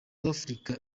africa